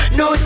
no